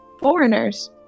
foreigners